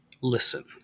Listen